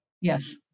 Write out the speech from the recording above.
Yes